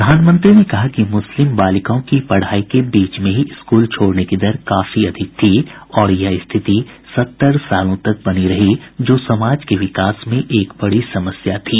प्रधानमंत्री ने कहा कि मुस्लिम बालिकाओं की पढ़ाई के बीच में ही स्कूल छोड़ने की दर काफी अधिक थी और यह स्थिति सत्तर वर्षों तक बनी रही जो समाज के विकास में एक बड़ी समस्या थी